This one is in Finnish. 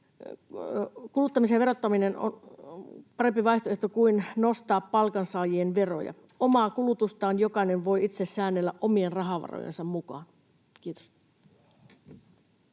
Kuluttamisen verottaminen on parempi vaihtoehto kuin nostaa palkansaajien veroja. Omaa kulutustaan jokainen voi itse säännellä omien rahavarojensa mukaan. — Kiitos.